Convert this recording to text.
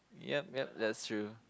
yup yup that's true